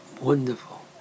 wonderful